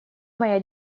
моя